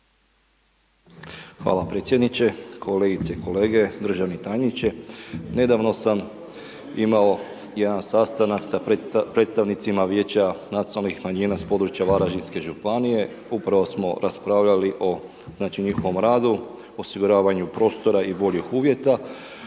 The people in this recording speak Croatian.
Hvala predsjedniče, kolegice i kolege, državni tajniče. Nedavno sam imao jedan sastanak sa predstavnicima Vijeća nacionalnih manjina sa područja Varaždinske županije. Upravo smo raspravljali o znači njihovom radu, osiguravanju prostora i boljih uvjeta.